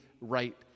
right